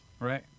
Right